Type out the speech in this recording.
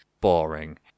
boring